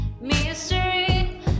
mystery